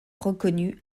reconnus